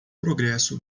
progresso